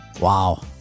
wow